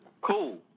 cool